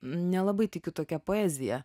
nelabai tikiu tokia poezija